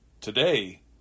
Today